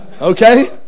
Okay